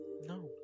No